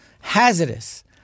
hazardous